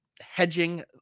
hedging